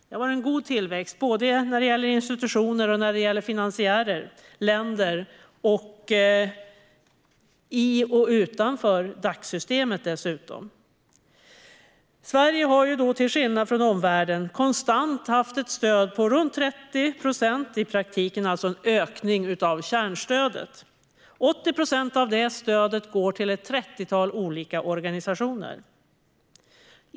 Det har varit en god tillväxt både när det gäller institutioner, finansiärer och länder i och utanför Dacsystemet. Sverige har, till skillnad från omvärlden, konstant haft ett stöd på runt 30 procent, i praktiken alltså en ökning av kärnstödet. 80 procent av det stödet går till ett trettiotal olika organisationer.